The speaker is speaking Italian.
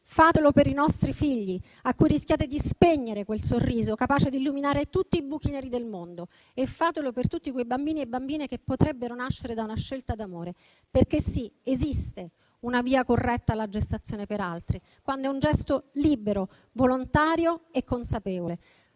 Fatelo per i nostri figli, ai quali rischiate di spegnere quel sorriso capace di illuminare tutti i buchi neri del mondo. E fatelo per tutti quei bambini e bambine che potrebbero nascere da una scelta d'amore. Perché sì, esiste una via corretta alla gestazione per altri, quando è un gesto libero, volontario e consapevole.